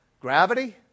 gravity